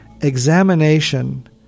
Examination